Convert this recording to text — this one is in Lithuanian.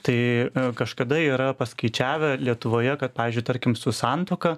tai kažkada yra paskaičiavę lietuvoje kad pavyzdžiui tarkim su santuoka